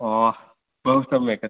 ओ बहु सम्यक्